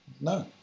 No